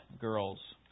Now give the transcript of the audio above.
girls